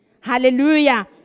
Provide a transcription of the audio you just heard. Hallelujah